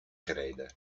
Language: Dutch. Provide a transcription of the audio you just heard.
gereden